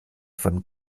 von